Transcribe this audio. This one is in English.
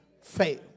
fail